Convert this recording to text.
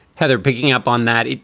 heather, picking up on that,